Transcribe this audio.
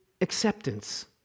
acceptance